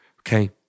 okay